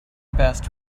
best